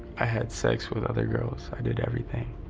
i had sex with other girls. i did everything.